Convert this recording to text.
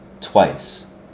twice